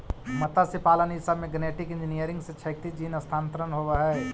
मत्स्यपालन ई सब में गेनेटिक इन्जीनियरिंग से क्षैतिज जीन स्थानान्तरण होब हई